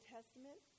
Testament